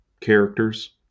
characters